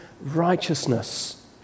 righteousness